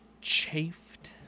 chafed